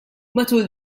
matul